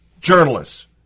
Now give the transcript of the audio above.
journalists